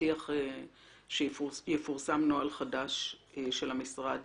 שהבטיח שיפורסם נוהל חדש של המשרד